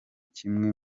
kimwe